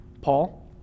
Paul